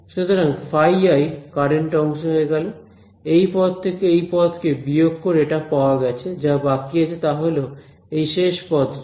সুতরাং φi current অংশ হয়ে গেল এই পদ থেকে এই পদকে বিয়োগ করে এটা পাওয়া গেছে যা বাকি আছে তা হল এই শেষ পদ টি